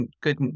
good